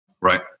right